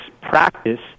practice